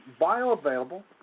bioavailable